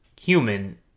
human